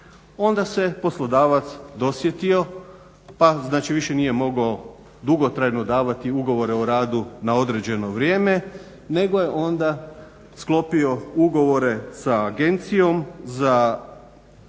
onda se poslodavac dosjetio pa znači više nije mogao dugotrajno davati ugovore o radu na određeno vrijeme nego je onda sklopio ugovore sa Agencijom za